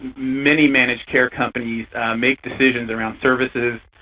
many managed care companies make decisions around services,